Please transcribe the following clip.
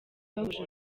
bahuje